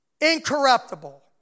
incorruptible